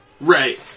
right